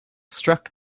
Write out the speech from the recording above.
struck